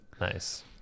Nice